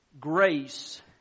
grace